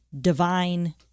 divine